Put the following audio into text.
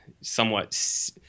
somewhat